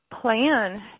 plan